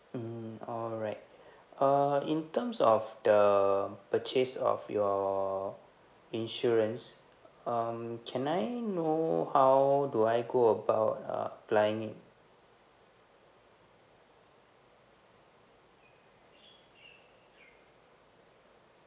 mm alright uh in terms of the purchase of your insurance um can I know how do I go about uh applying it